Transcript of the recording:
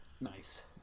Nice